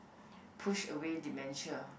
push away dementia